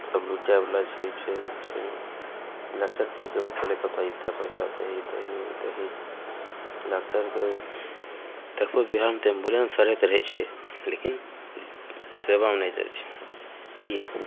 सब लुटैवला छै ई छै ओ छै डॉकटरके पास जेबहो तऽ पहिले कहतऽ एतेक पइसा दही ई दही ओ दही डॉकटरके देखबहो बिहारमे तऽ एम्बुलेन्स सड़ैत रहै छै लेकिन सेवामे नहि दै छै किएक